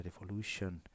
revolution